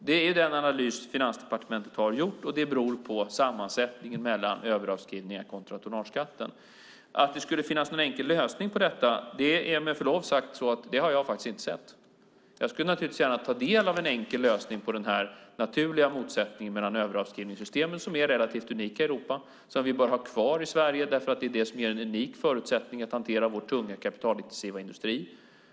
Det är den analys Finansdepartementet har gjort, och det beror på sammansättningen överavskrivningar kontra tonnageskatten. Att det skulle finnas en enkel lösning på detta har jag med förlov sagt inte sett. Jag skulle naturligtvis gärna ta del av en enkel lösning på den naturliga motsättningen mellan överavskrivningssystemen, som är relativt unika i Europa och som vi bör ha kvar i Sverige eftersom det är en unik förutsättning för att hantera vår tunga kapitalintensiva industri.